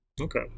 okay